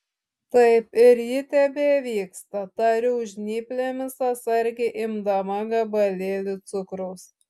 taip ir ji tebevyksta tariau žnyplėmis atsargiai imdama gabalėlį cukraus